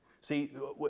See